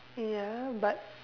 ya but